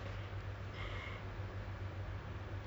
how how long have you guys been together